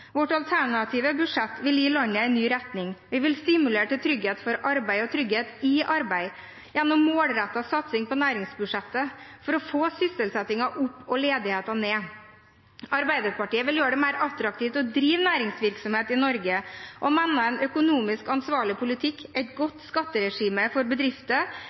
Vårt alternative budsjett vil gi landet en ny retning. Vi vil stimulere til trygghet for arbeid og trygghet i arbeid gjennom målrettet satsing på næringsbudsjettet for å få sysselsettingen opp og ledigheten ned. Arbeiderpartiet vil gjøre det mer attraktivt å drive næringsvirksomhet i Norge og mener en økonomisk ansvarlig politikk, et godt skatteregime for bedrifter,